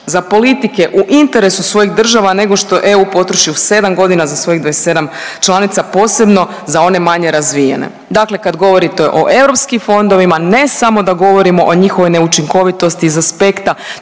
za politike u interesu svojih država nego što EU potroši u sedam godina za svojih 27 članica, posebno za one manje razvijene. Dakle, kad govorite o europskim fondovima ne samo da govorimo o njihovoj neučinkovitosti iz aspekta